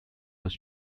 was